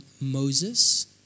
Moses